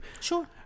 sure